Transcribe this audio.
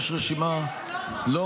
יש רשימה.